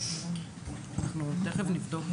אנחנו תיכף נבדוק.